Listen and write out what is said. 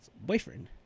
boyfriend